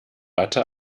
watte